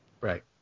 Right